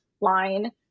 line